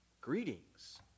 greetings